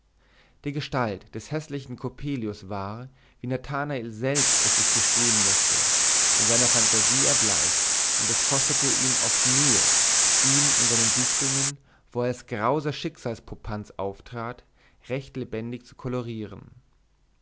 die gestalt des häßlichen coppelius war wie nathanael selbst es sich gestehen mußte in seiner fantasie erbleicht und es kostete ihm oft mühe ihn in seinen dichtungen wo er als grauser schicksalspopanz auftrat recht lebendig zu kolorieren